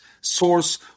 source